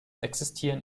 existieren